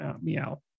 meow